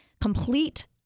complete